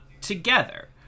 together